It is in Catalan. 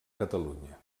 catalunya